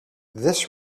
this